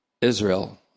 Israel